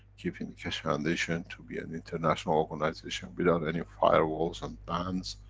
keeping the keshe foundation, to be an international organization, without any firewalls and bans.